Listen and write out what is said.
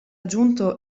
giunto